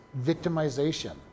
victimization